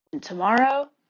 Tomorrow